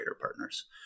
partners